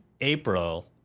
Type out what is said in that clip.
April